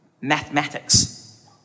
Mathematics